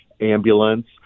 ambulance